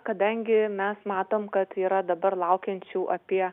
kadangi mes matom kad yra dabar laukiančių apie